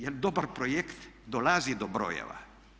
Jer dobar projekt dolazi do brojeva.